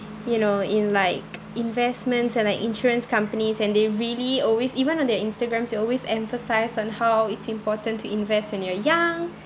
you know in like investments and like insurance companies and they really always even on their instagrams they always emphasise on how it's important to invest when you are young